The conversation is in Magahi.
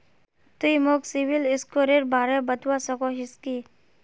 तुई मोक सिबिल स्कोरेर बारे बतवा सकोहिस कि?